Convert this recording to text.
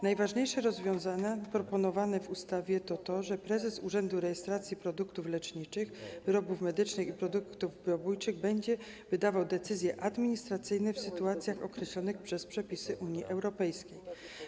Najważniejsze rozwiązania proponowane w ustawie dotyczą tego, że prezes Urzędu Rejestracji Produktów Leczniczych, Wyrobów Medycznych i Produktów Biobójczych będzie wydawał decyzje administracyjne w sytuacjach określonych przez przepisy Unii Europejskiej.